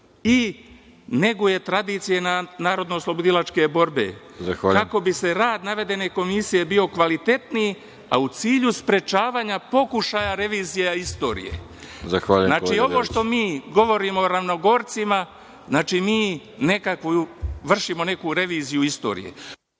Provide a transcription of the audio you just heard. i neguje tradicije NOB kako bi rad navedene Komisije bilo kvalitetniji, a u cilju sprečavanja pokušaja revizije istorije. Znači, ovo što mi govorimo o Ravnogorcima, mi nekako vršimo neku reviziju istorije.